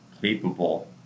capable